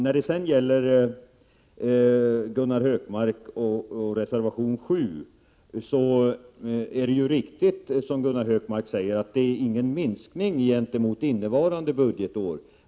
När det gäller reservation 7 är det riktigt, som Gunnar Hökmark säger, att det inte gäller någon minskning gentemot innevarande budgetår.